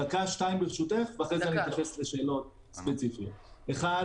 ולאחר מכן אתייחס לשאלות ספציפיות: ראשית,